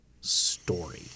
story